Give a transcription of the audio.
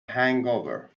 hangover